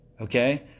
okay